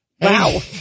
Wow